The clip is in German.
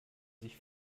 sich